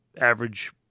average